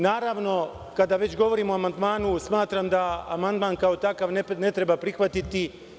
Naravno, kada već govorimo o amandmanu, smatram da amandman kao takav ne treba prihvatiti.